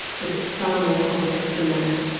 but it's far more complex than that.